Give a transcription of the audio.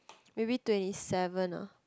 maybe twenty seven ah